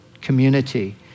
community